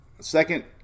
Second